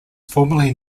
formerly